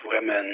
women